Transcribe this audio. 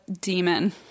demon